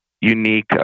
unique